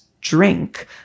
drink